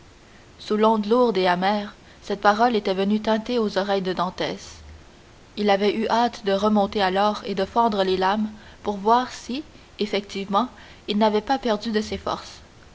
sous l'onde lourde et amère cette parole était venue tinter aux oreilles de dantès il avait eu hâte de remonter alors et de fendre les lames pour voir si effectivement il n'avait pas perdu de ses forces